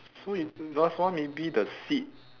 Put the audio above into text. so if last one maybe the seat